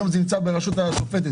היום זה בידי הרשות השופטת.